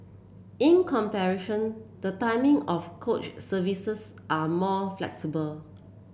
in comparison the timing of coach services are more flexible